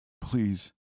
Please